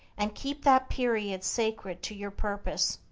and keep that period sacred to your purpose.